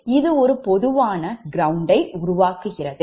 இது ஒரு பொதுவான ground யை உருவாக்குகிறது